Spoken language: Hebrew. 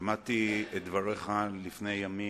ושמעתי את דבריך לפני ימים,